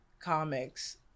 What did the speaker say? comics